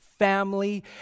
Family